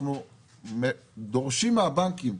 אנחנו דורשים מהבנקים,